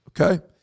Okay